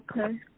Okay